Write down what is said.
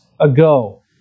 ago